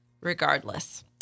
regardless